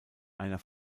einer